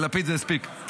ללפיד זה הספיק.